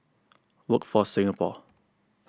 Workforce Singapore